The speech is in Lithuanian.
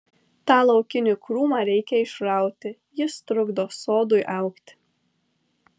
tą laukinį krūmą reikia išrauti jis trukdo sodui augti